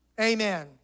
Amen